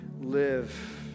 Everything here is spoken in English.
live